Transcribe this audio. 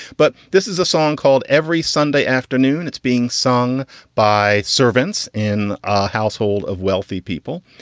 but this is a song called every sunday afternoon. it's being sung by servants in a household of wealthy people.